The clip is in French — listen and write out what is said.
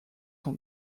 son